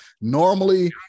Normally